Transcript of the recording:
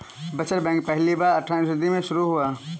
बचत बैंक पहली बार अट्ठारहवीं सदी में शुरू हुआ